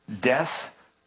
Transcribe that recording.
death